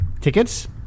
Tickets